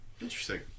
interesting